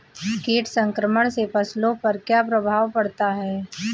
कीट संक्रमण से फसलों पर क्या प्रभाव पड़ता है?